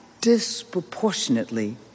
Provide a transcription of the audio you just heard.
disproportionately